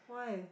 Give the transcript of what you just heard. why